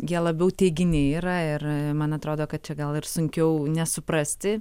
jie labiau teiginiai yra ir man atrodo kad čia gal ir sunkiau nesuprasti